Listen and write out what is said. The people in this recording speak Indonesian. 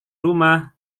rumah